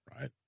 Right